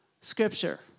Scripture